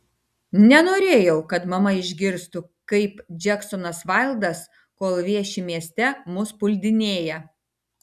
nenorėjau kad mama išgirstų kaip džeksonas vaildas kol vieši mieste mus puldinėja